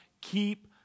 keep